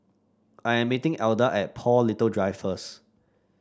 I am meeting Elda at Paul Little Drive first